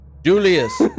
Julius